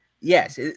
yes